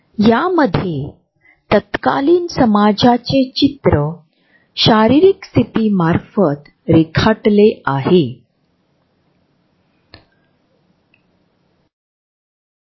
आमच्या ओळखीच्या लोकांशी संवाद साधताना आम्ही ही जागा वाढवून किंवा संकुचित करून आत्मीयतेचे सिग्नल पाठवितो